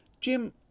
Jim